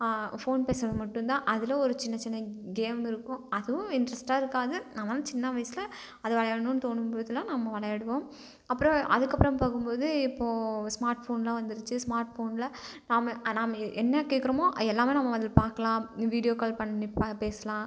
phone பேசுவது மட்டும்தான் அதில் ஒரு சின்ன சின்ன கேம் இருக்கும் அதுவும் இன்ட்ரஸ்ட்டாக இருக்காது ஆனாலும் சின்ன வயதில் அது விளையாடான்னு தோணும் போதெலாம் நம்ம விளையாடுவோம் அப்புறம் அதுக்கப்புறம் பார்க்கும்போது இப்போது ஸ்மார்ட் ஃபோனெலாம் வந்துடுச்சி ஸ்மார்ட் ஃபோனில் நாம் நாம் என்ன கேட்குறமோ எல்லாமே நம்ம அதில் பார்க்கலாம் வீடியோ கால் பண்ணி ப பேசலாம்